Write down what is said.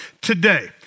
today